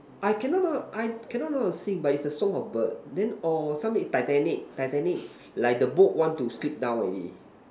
I cannot don't know I cannot don't know how to sing but it's a song of bird then or some is Titanic Titanic like the boat want to slip down already